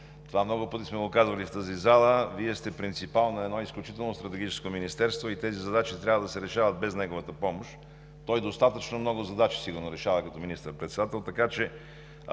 Това много пъти сме го казвали в тази зала. Вие сте принципал на едно изключително стратегическо министерство и тези задачи трябва да се решават без неговата помощ. Той сигурно решава достатъчно много задачи като министър-председател. Това ми